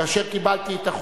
כאשר קיבלתי,